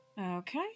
Okay